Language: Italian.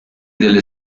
delle